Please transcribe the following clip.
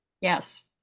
Yes